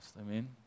Amen